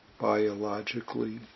biologically